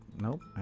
Nope